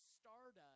stardust